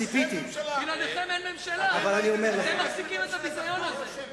אתם מחזיקים את הביזיון הזה.